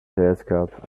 telescope